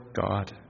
God